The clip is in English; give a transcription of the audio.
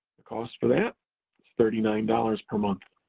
cost for that is thirty nine dollars per month.